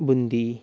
boondi